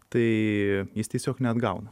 tai jis tiesiog neatgauna